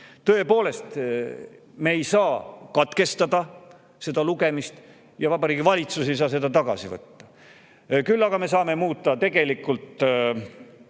Tõepoolest, me ei saa katkestada seda lugemist ja Vabariigi Valitsus ei saa seda [eelnõu] tagasi võtta. Küll aga me saame muuta oma töö